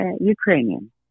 Ukrainian